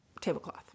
tablecloth